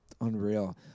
Unreal